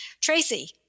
Tracy